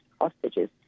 hostages